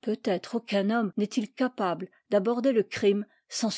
peut-être aucun homme n'estil capable d'aborder le crime sans